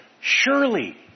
Surely